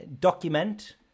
document